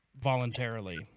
voluntarily